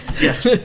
Yes